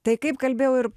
tai kaip kalbėjau ir